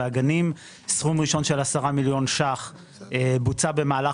סכום ראשון של 10 מיליון ₪ בוצע במהלך